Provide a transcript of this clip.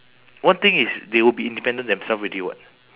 one thing is they will be independent themselves already [what]